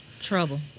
Trouble